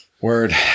word